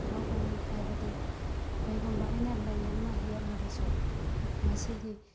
ꯂꯧꯒꯅꯤ ꯍꯥꯏꯕꯗꯤ ꯀꯔꯤꯒꯨꯝꯕ ꯑꯩꯅ ꯂꯩ ꯑꯃ ꯌꯦꯛꯂꯒꯁꯨ ꯃꯁꯤꯒꯤ